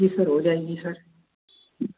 जी sir हो जायेंगी sir